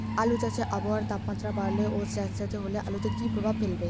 আলু চাষে আবহাওয়ার তাপমাত্রা বাড়লে ও সেতসেতে হলে আলুতে কী প্রভাব ফেলবে?